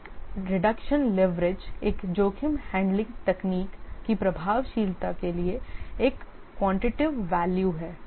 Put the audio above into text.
risk reduction leverage एक जोखिम handling तकनीक की प्रभावशीलता के लिए एक क्वांटिटीव वैल्यू है